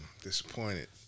disappointed